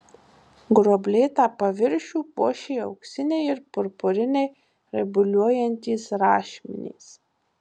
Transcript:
gruoblėtą paviršių puošė auksiniai ir purpuriniai raibuliuojantys rašmenys